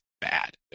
bad